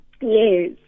yes